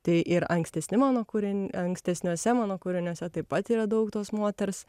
tai ir ankstesni mano kūrin ankstesniuose mano kūriniuose taip pat yra daug tos moters